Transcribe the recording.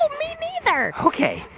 ah me me neither ok,